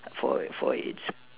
for for its